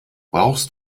brauchst